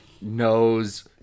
knows